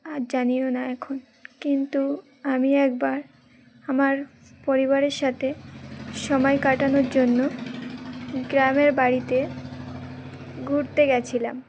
আর জানিও না এখন কিন্তু আমি একবার আমার পরিবারের সাথে সময় কাটানোর জন্য গ্রামের বাড়িতে ঘুরতে গিয়েছিলাম